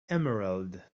emerald